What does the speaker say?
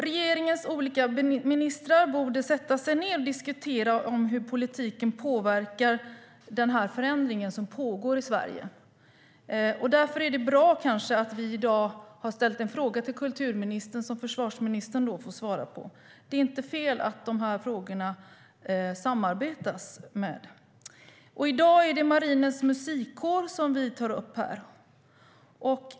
Regeringen olika ministrar borde sätta sig ned och diskutera hur politiken påverkar den förändring som pågår i Sverige. Därför är det kanske bra att vi i dag har ställt en interpellation till kulturministern som försvarsministern får svara på. Det är inte fel att det samarbetas i de här frågorna. I dag är det Marinens Musikkår som vi tar upp här.